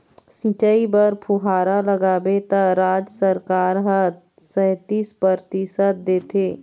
सिंचई बर फुहारा लगाबे त राज सरकार ह सैतीस परतिसत देथे